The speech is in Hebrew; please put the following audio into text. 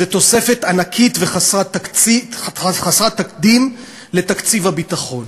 זו תוספת ענקית וחסרת תקדים לתקציב הביטחון,